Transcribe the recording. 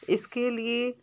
इसके लिए